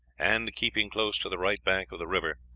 and keeping close to the right bank of the river,